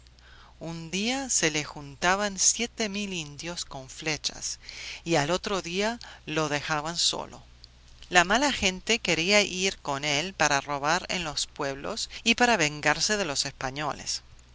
un día se le juntaban siete mil indios con flechas y al otro día lo dejaban solo la mala gente quería ir con él para robar en los pueblos y para vengarse de los españoles